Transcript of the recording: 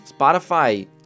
Spotify